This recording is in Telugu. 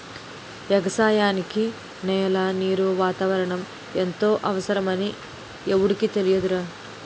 ఎగసాయానికి నేల, నీరు, వాతావరణం ఎంతో అవసరమని ఎవుడికి తెలియదురా